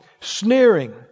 sneering